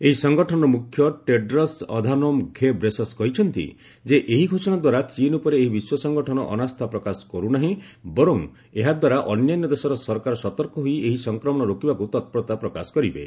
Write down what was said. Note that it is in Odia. ଏହି ସଂଗଠନର ମୁଖ୍ୟ ଟେଡରସ୍ ଅଧାନୋମ୍ ଘେ ବ୍ରେସସ୍ କହିଛନ୍ତି ଯେ ଏଭଳି ଘୋଷଣା ଦ୍ୱାରା ଚୀନ୍ ଉପରେ ଏହି ବିଶ୍ୱ ସଂଗଠନ ଅନାସ୍ଥା ପ୍ରକାଶ କରୁନାହିଁ ବରଂ ଏହା ଦ୍ୱାରା ଅନ୍ୟାନ୍ୟ ଦେଶର ସରକାର ସତର୍କ ହୋଇ ଏହି ସଂକ୍ରମଣ ରୋକିବାକୁ ତପୂରତା ପ୍ରକାଶ କରିବେ